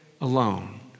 alone